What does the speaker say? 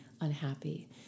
unhappy